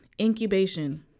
incubation